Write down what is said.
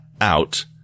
out